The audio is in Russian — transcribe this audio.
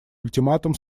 ультиматум